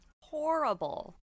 Horrible